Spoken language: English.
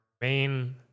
main